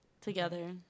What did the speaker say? Together